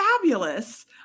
fabulous